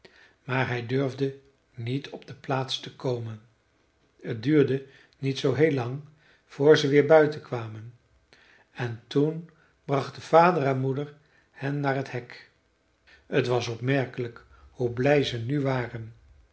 maar hij durfde niet op de plaats te komen t duurde niet zoo heel lang voor ze weer buiten kwamen en toen brachten vader en moeder hen naar het hek t was opmerkelijk hoe blij ze nu waren